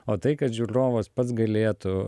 o tai kad žiūrovas pats galėtų